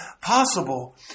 possible